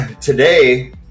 today